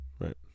right